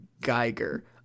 Geiger